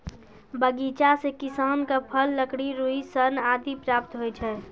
बगीचा सें किसान क फल, लकड़ी, रुई, सन आदि प्राप्त होय छै